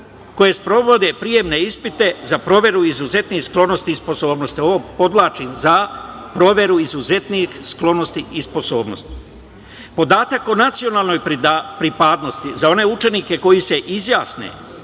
koje sprovode prijemne ispite za proveru izuzetnih sklonosti i sposobnosti. Ovo podvlačim – za proveru izuzetnih sklonosti i sposobnosti. Podatak o nacionalnoj pripadnosti za one učenike koji se izjasne,